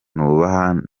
nubaha